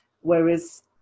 Whereas